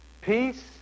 Peace